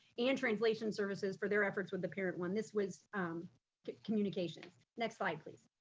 and translation services for their efforts with the parent one. this was communication. next slide, please.